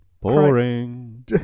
Boring